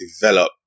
develop